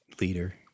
Leader